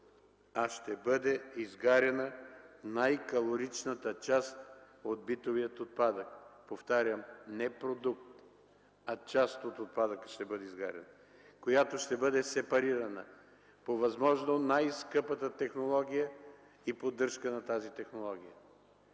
а ще бъде изгаряна най-калоричната част от битовия отпадък, повтарям – не продукт, а част от отпадъка ще бъде изгарян, която част ще бъде сепарирана по възможно най-скъпата технология и поддръжка на тази технология.